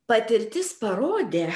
patirtis parodė